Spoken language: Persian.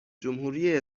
جمهوری